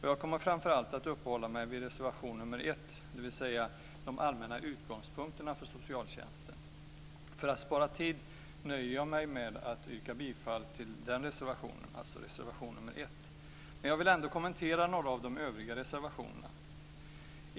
Jag kommer framför allt att uppehålla mig vid reservation nr 1, om de allmänna utgångspunkterna för socialtjänsten. För att spara tid nöjer jag mig med att yrka bifall till den reservationen, dvs. nr 1. Jag vill ändå kommentera några av de övriga reservationerna.